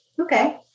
Okay